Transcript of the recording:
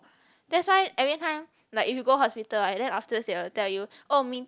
that's why every time like if you go hospital like then afterwards they will tell you oh ming